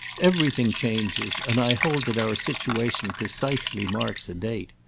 everything changes, and i hold that our situation precisely marks a date.